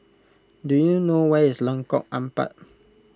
do you know where is Lengkok Empat